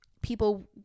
people